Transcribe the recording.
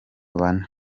bane